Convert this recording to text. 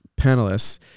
panelists